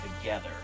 together